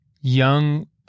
young